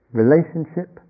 relationship